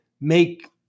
make